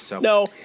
No